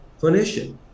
clinician